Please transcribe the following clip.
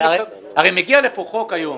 הרי מגיע לפה חוק היום